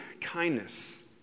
kindness